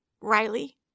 Riley